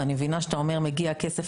ואני מבינה שאתה אומר מגיע כסף,